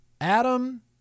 Adam